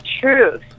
truth